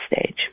stage